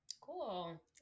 cool